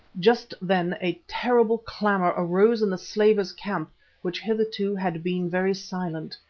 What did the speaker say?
just then a terrible clamour arose in the slavers' camp which hitherto had been very silent,